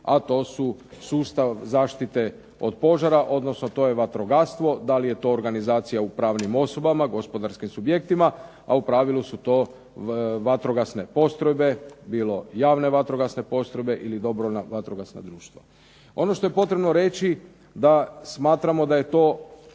a to su sustav zaštite od požara, odnosno to je vatrogastvo. Da li je to organizacija u pravnim osobama, gospodarskim subjektima, a u pravili su to vatrogasne postrojbe, bilo javne vatrogasne postrojbe ili dobrovoljna vatrogasna društva. Ono što je potrebno reći da smatramo da je to